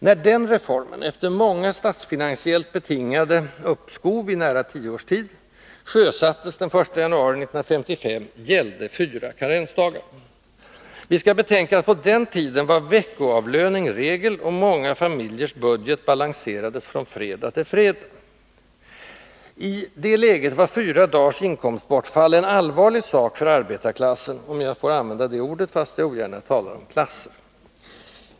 När den reformen — efter många statsfinansiellt betingade uppskov i nära 10 års tid — sjösattes den 1 januari 1955 gällde 4 karensdagar. Vi skall betänka att på den tiden var veckoavlöning regel, och många familjers budget balanserades från fredag till fredag. I det läget var 4 dagars inkomstbortfall en allvarlig sak för arbetarklassen, om jag får använda det ordet, fast jag ogärna talar om klasser.